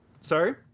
Sorry